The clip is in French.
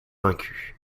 vaincus